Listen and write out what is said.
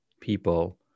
people